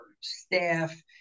staff